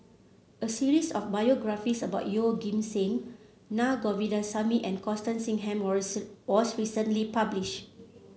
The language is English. a series of biographies about Yeoh Ghim Seng Na Govindasamy and Constance Singam was recently published